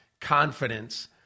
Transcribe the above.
confidence